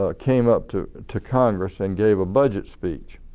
ah came up to to congress and gave a budget speech.